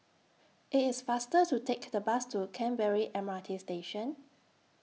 IT IS faster to Take The Bus to Canberra M R T Station